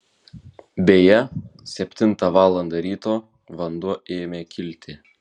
beje septintą valandą ryto vanduo ėmė kilti